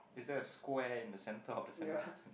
is that a square in the centre of the cen~ cen~